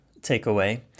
takeaway